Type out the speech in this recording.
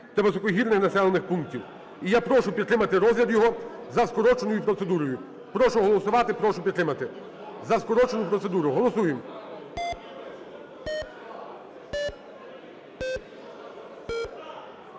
та високогірних населених пунктів. І я прошу підтримати розгляд його за скороченою процедурою. Прошу голосувати, прошу підтримати за скорочену процедуру. Голосуємо.